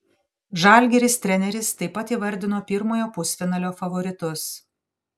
žalgiris treneris taip pat įvardino pirmojo pusfinalio favoritus